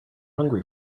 hungry